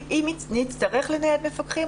אם נצטרך לנייד מפקחים,